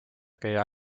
käia